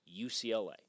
UCLA